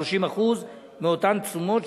יוטל על החייב קנס בשווי של 30% מאותן תשומות שהעלים,